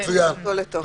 מצוין.